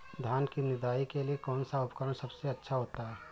धान की निदाई के लिए कौन सा उपकरण सबसे अच्छा होता है?